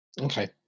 Okay